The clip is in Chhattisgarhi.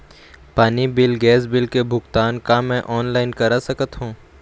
पानी बिल गैस बिल के भुगतान का मैं ऑनलाइन करा सकथों?